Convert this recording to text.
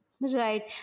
Right